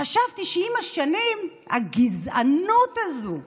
חשבתי שעם השנים הגזענות הזאת,